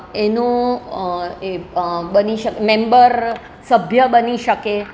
એનું એ બની શકે મેંબર સભ્ય બની શકે